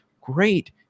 great